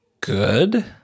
good